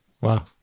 wow